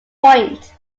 point